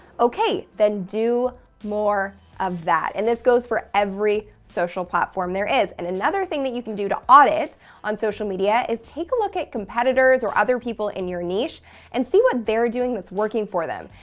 okay, then do more of that. and, this goes for every social platform there is. and another thing that you can do to audit on social media is take a look at competitors or other people in your niche and see what they're doing that's working for them.